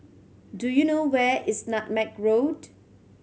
do you know where is Nutmeg Road